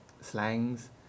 slangs